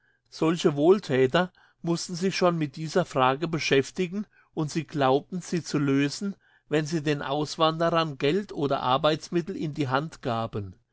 solche wohlthäter mussten sich schon mit dieser frage beschäftigen und sie glaubten sie zu lösen wenn sie den auswanderern geld oder arbeitsmittel in die hand gaben